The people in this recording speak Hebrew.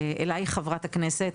אני פונה אלייך חברת הכנסת,